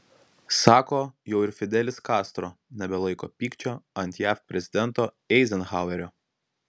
sako jau ir fidelis kastro nebelaiko pykčio ant jav prezidento eizenhauerio